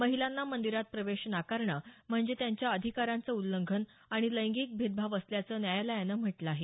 महिलांना मंदीरात प्रवेश नाकरणं म्हणजे त्यांच्या अधिकारांचं उल्लंघन आणि लैंगिक भेदभाव असल्याचं न्यायालयानं म्हटलं आहे